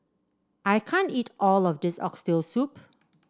I can't eat all of this Oxtail Soup